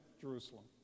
Jerusalem